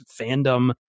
fandom